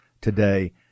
today